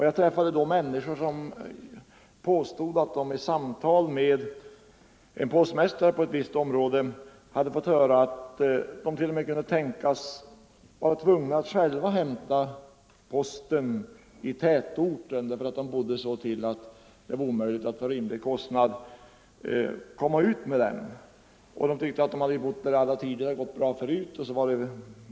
Jag träffade — ningen då människor som påstod att de i samtal med en postmästare i ett visst område hade fått höra, att det t.o.m. kunde tänkas att de skulle bli tvungna att själva hämta posten i tätorten därför att de bodde så till att det var omöjligt att för en rimlig kostnad komma ut med den. De hade bott där i alla tider, och postservicen hade fungerat bra tidigare.